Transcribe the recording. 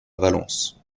valence